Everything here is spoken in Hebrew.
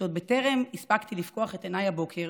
שעוד טרם הספקתי לפקוח את עיניי הבוקר